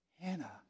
Hannah